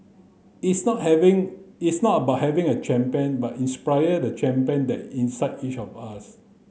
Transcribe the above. it's not having it's not about having a champion but inspiring the champion that inside each of us